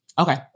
Okay